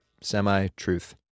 semi-truth